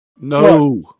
No